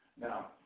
Now